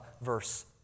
verse